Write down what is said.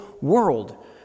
world